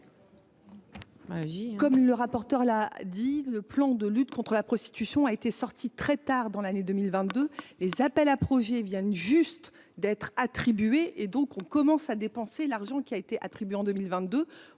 comme le rapporteur l'a dit, le plan de lutte contre la prostitution a été sorti très tard dans l'année 2022, les appels à projets viennent juste d'être attribuées et donc on commence à dépenser l'argent qui a été attribué en 2022